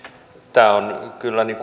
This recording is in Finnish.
tämä on kyllä